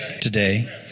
today